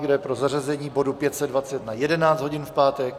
Kdo je pro zařazení bodu 520 na 11 hodin v pátek?